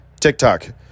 TikTok